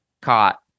caught